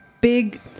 big